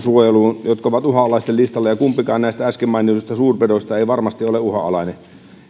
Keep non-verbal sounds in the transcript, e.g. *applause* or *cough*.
*unintelligible* suojeluun jotka ovat uhanalaisten listalla ja kumpikaan näistä äsken mainituista suurpedoista ei varmasti ole uhanalainen